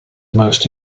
most